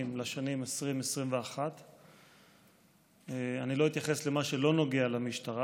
לשנים 2021-2020. אני לא אתייחס למה שלא נוגע למשטרה,